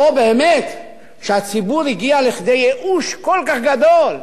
או שבאמת הציבור הגיע לכדי ייאוש כל כך גדול,